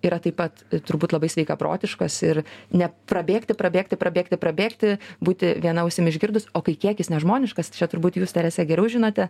yra taip pat turbūt labai sveikaprotiškas ir neprabėgti prabėgti prabėgti prabėgti būti viena ausim išgirdus o kai kiekis nežmoniškas čia turbūt jus terese geriau žinote